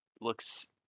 looks